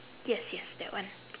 yes yes that one